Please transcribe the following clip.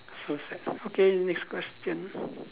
so sad okay next question